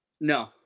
no